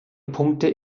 punkte